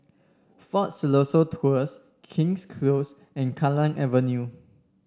Fort Siloso Tours King's Close and Kallang Avenue